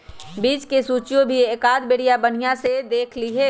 बीज के सूचियो भी एकाद बेरिया बनिहा से देख लीहे